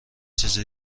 چیز